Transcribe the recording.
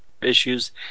issues